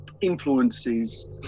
influences